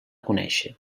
conèixer